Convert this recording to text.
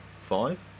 five